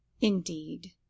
Indeed